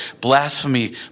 blasphemy